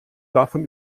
davon